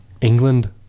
England